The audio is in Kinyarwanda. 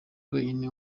wenyine